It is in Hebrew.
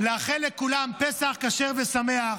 לאחל לכולם פסח כשר ושמח,